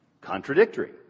contradictory